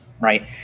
right